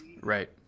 Right